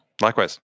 Likewise